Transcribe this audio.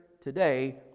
today